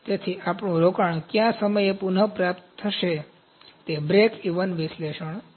તેથી આપણું રોકાણ કયા સમયે પુનઃપ્રાપ્ત થશે તેથી તે બ્રેકઇવન વિશ્લેષણ છે